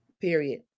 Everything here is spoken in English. Period